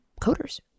coders